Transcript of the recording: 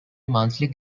monthly